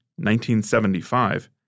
1975